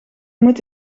moet